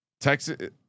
Texas